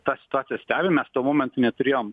tą situaciją stebim mes tuo momentu neturėjom